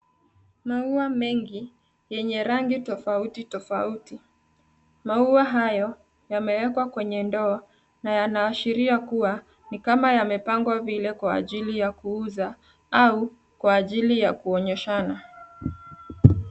Maua mengi, yenye rangi tofauti tofauti. Maua hayo, yamewekwa kwenye ndoo na yanaashiria kuwa, ni kama yamepangwa vile kwa ajili ya kuuza, au kwa ajili ya kuonyeshana.